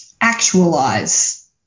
actualize